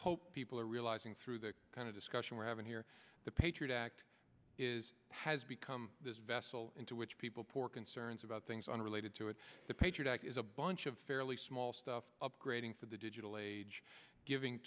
hope people are realizing through the kind of discussion we're having here the patriot act is has become this vessel into which people pour concerns about things unrelated to it the patriot act is a bunch of fairly small stuff upgrading for the digital age giving